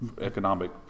economic